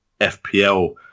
FPL